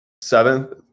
seventh